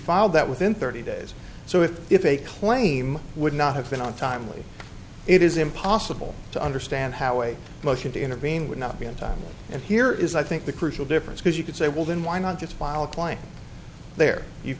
filed that within thirty days so if if a claim would not have been on timely it is impossible to understand how a motion to intervene would not be on time and here is i think the crucial difference because you could say well then why not just